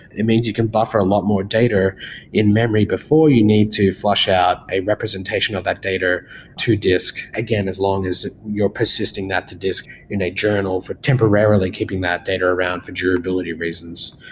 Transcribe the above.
it means you can buffer a lot more data in-memory before you need to flush out a representation of that data to disk again as long as you're persisting that to disk in a journal for temporarily keeping that data around for durability reasons.